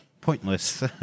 Pointless